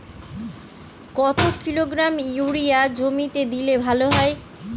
কত kilogram urea জমিতে দিলে ভালো হয়?